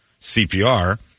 CPR